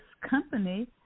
company